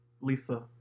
Lisa